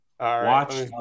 Watch